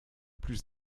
plus